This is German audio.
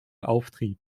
auftrieb